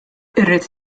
irrid